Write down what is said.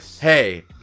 Hey